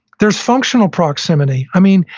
there's functional proximity. i mean,